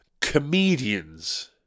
Comedians